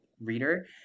reader